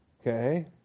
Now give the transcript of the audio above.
Okay